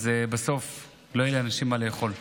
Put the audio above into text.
בסוף לא יהיה לאנשים מה לאכול.